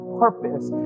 purpose